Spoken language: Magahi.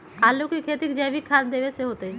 आलु के खेती जैविक खाध देवे से होतई?